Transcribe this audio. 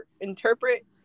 interpret